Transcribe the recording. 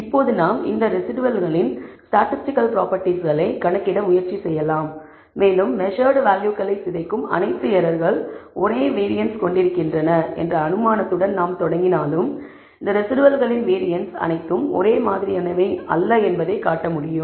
இப்போது நாம் இந்த ரெஸிடுவல்களின் ஸ்டாட்டிஸ்டிக்கல் ப்ராபெர்டிஸ்களை கணக்கிட முயற்சி செய்யலாம் மேலும் மெஸர்ட் வேல்யூகளை சிதைக்கும் அனைத்து எரர்கள் ஒரே வேரியன்ஸ் கொண்டிருக்கின்றன என்ற அனுமானத்துடன் நாம் தொடங்கினாலும் இந்த ரெஸிடுவல்களின் வேரியன்ஸ் அனைத்தும் ஒரே மாதிரியானவை அல்ல என்பதைக் காட்ட முடியும்